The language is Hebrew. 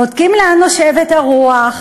בודקים לאן נושבת הרוח,